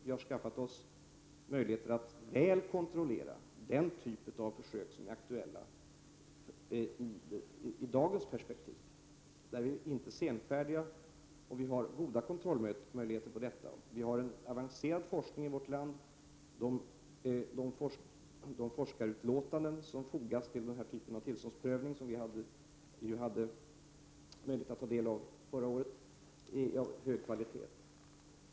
Vi har skaffat oss möjligheter att väl kontrollera de typer av försök som är aktuella i dagens perspektiv. Därvidlag är vi inte senfärdiga, och vi har, som sagt, goda kontrollmöjligheter. Vi har en avancerad forskning i vårt land. De forskarutlåtanden som fogas till denna typ av tillståndsprövning och som vi hade möjlighet att ta del av förra året är av hög kvalitet.